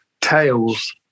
tales